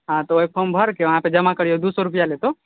हँ तऽ ओहि फ़ॉर्म भरिके वहाँ जमा करियौ दू सए रुपैआ लेतौं